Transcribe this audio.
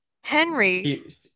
henry